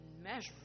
immeasurable